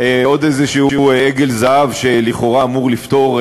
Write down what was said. עוד איזשהו עגל זהב שלכאורה אמור לפתור,